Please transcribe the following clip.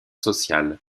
sociale